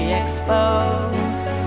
exposed